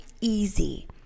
easy